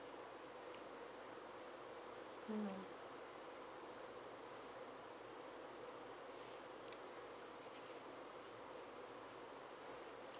mm